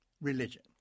religion